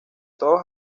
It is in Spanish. todos